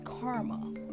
karma